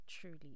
truly